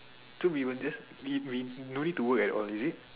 to be but just we we don't need to work at all is it